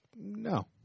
No